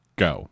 go